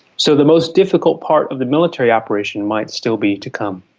so the most difficult part of the military operation might still be to come.